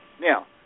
Now